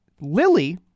Lily